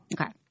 Okay